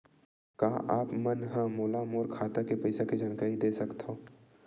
का आप मन ह मोला मोर खाता के पईसा के जानकारी दे सकथव?